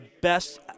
best